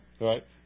Right